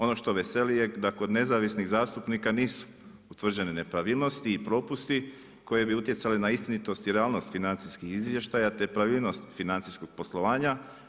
Ono što veseli je da kod nezavisnih zastupnika nisu utvrđene nepravilnosti i propusti koji bi utjecali na istinitost i realnost financijskih izvještaja, te pravilnost financijskog poslovanja.